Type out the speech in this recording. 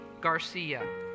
Garcia